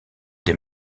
des